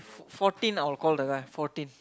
fourteen I'll call the guy fourteen